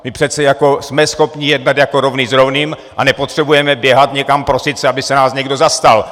My přece jako jsme schopni jednat jako rovný s rovným a nepotřebujeme běhat někam, prosit se, aby se nás někdo zastal!